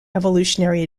evolutionary